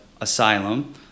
Asylum